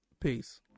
Peace